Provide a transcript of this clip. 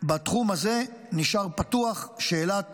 בתחום הזה נשארה פתוחה שאלת